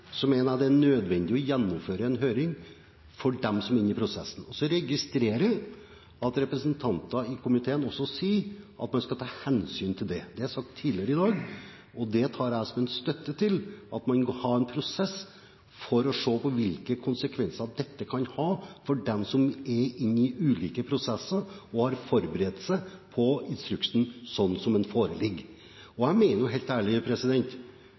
det er nødvendig å gjennomføre en høring for dem som er i prosessen. Jeg registrerer at representanter i komiteen også sier at man skal ta hensyn til det. Det er sagt tidligere i dag, og det tar jeg som en støtte for at man vil ha en prosess for å se på hvilke konsekvenser dette kan ha for dem som er inne i ulike prosesser og har forberedt seg ut fra instruksen sånn